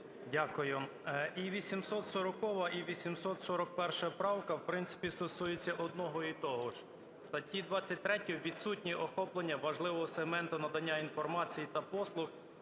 Дякую. І 840-а, і 841 правки, в принципі, стосуються одного і того ж. В статті 23 відсутнє охоплення важливого сегменту надання інформації та послуг